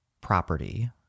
property